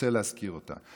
רוצה להזכיר אותה.